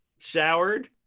showered?